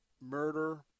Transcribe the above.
murder